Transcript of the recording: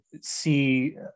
see